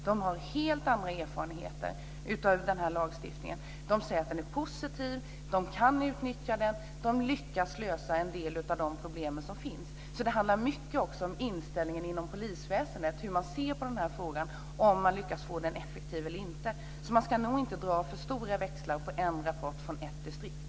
De har helt andra erfarenheter av den här lagstiftningen. De säger att den är positiv, de kan utnyttja den, de lyckas lösa en del av de problem som finns. Det handlar mycket om inställningen inom polisväsendet, hur man ser på frågan, om man lyckas få den effektiv eller inte. Man ska nog inte dra för stora växlar på en rapport från ett distrikt.